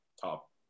top